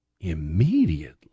immediately